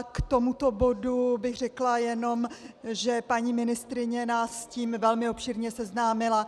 K tomuto bodu bych řekla jenom, že paní ministryně nás s tím velmi obšírně seznámila.